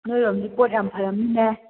ꯅꯣꯏꯔꯣꯝꯗꯤ ꯄꯣꯠ ꯌꯥꯝ ꯐꯔꯝꯅꯤꯅꯦ